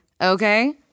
Okay